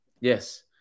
Yes